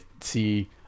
see